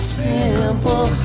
simple